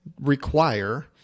require